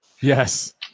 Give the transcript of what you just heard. Yes